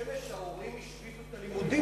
בבית-שמש ההורים השביתו את הלימודים